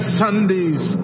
sundays